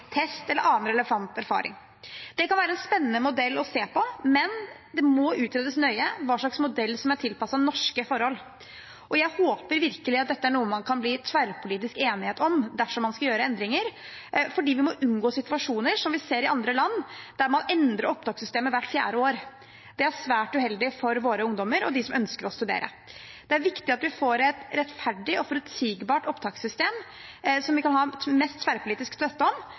test eller relevant erfaring. Det kan være en spennende modell å se på, men det må utredes nøye hva slags modell som er tilpasset norske forhold. Jeg håper virkelig dette er noe det kan bli tverrpolitisk enighet om dersom man skal gjøre endringer, for vi må unngå situasjoner som vi ser i land der man endrer opptakssystemet hvert fjerde år. Det er svært uheldig for våre ungdommer og andre som ønsker å studere. Det er viktig at vi får et rettferdig og forutsigbart opptakssystem som kan ha mest mulig tverrpolitisk støtte,